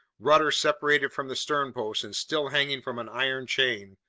rudder separated from the sternpost and still hanging from an iron chain,